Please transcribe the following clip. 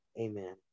amen